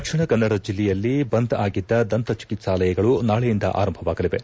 ದಕ್ಷಿಣ ಕನ್ನಡ ಜಿಲ್ಲೆಯಲ್ಲಿ ಬಂದ್ ಆಗಿದ್ದ ದಂತಾ ಚಿಕಿತ್ಲಾಲಯಗಳು ನಾಳೆಯಿಂದ ಆರಂಭವಾಗಲಿವೆ